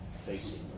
facing